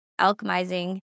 alchemizing